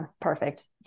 Perfect